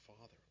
Father